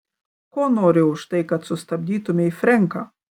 ko nori už tai kad sustabdytumei frenką